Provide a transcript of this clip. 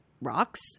rocks